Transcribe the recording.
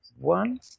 one